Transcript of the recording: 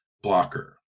blocker